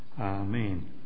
Amen